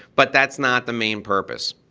but that's not the main purpose.